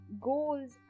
goals